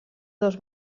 dos